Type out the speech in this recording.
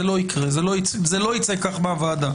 זה לא יקרה, זה לא ייצא כך מהוועדה.